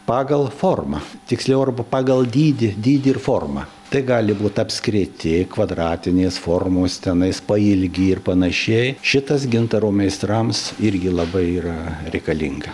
pagal formą tiksliau arba pagal dydį dydį ir formą tai gali būt apskriti kvadratinės formos tenais pailgi ir panašiai šitas gintaro meistrams irgi labai yra reikalinga